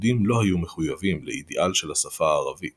היהודים לא היו מחויבים לאידיאל של השפה הערבית